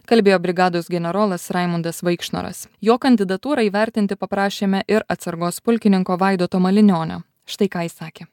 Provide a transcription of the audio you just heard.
kalbėjo brigados generolas raimundas vaikšnoras jo kandidatūrą įvertinti paprašėme ir atsargos pulkininko vaidoto malinionio štai ką jis sakė